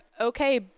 okay